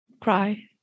cry